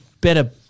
better